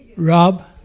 Rob